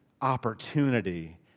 opportunity